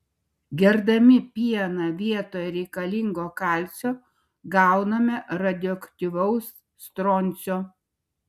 gerdami pieną vietoje reikalingo kalcio gauname radioaktyvaus stroncio